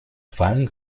fallen